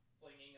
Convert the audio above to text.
flinging